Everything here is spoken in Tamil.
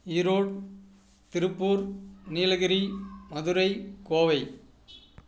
ஈரோடு திருப்பூர் நீலகிரி மதுரை கோவை